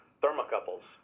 thermocouples